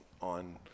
on